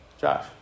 Josh